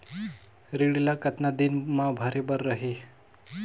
ऋण ला कतना दिन मा भरे बर रही?